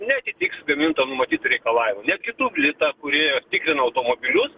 neatitiks gamintojo numatytų reikalavimų netgi tuvlita kuri tikrina automobilius